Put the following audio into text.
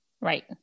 Right